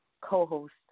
co-host